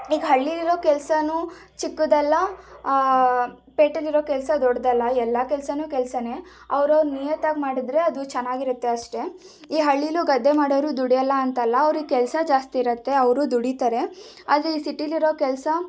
ಈಗ ಹಳ್ಳಿಯಲ್ಲಿರೋ ಕೆಲಸಾನೂ ಚಿಕ್ಕದಲ್ಲ ಪೇಟೆಯಲ್ಲಿರೋ ಕೆಲಸ ದೊಡ್ಡದಲ್ಲ ಎಲ್ಲ ಕೆಲಸಾನೂ ಕೆಲಸಾನೆ ಅವರವರು ನಿಯತ್ತಾಗಿ ಮಾಡಿದರೆ ಅದು ಚೆನ್ನಾಗಿರುತ್ತೆ ಅಷ್ಟೇ ಈ ಹಳ್ಳಿಲೂ ಗದ್ದೆ ಮಾಡೋರು ದುಡಿಯಲ್ಲ ಅಂತಲ್ಲ ಅವರಿಗೆ ಕೆಲಸ ಜಾಸ್ತಿ ಇರುತ್ತೆ ಅವರು ದುಡೀತಾರೆ ಆದರೆ ಸಿಟಿಯಲ್ಲಿರೋ ಕೆಲಸ